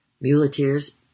Muleteers